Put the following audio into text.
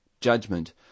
judgment